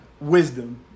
wisdom